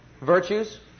Virtues